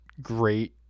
great